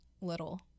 little